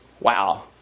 wow